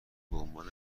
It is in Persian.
بعنوان